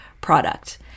product